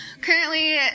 currently